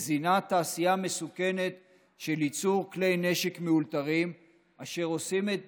מזינה תעשייה מסוכנת של ייצור כלי נשק מאולתרים אשר עושים את